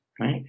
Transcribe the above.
right